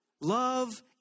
Love